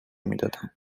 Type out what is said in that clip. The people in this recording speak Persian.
میدادم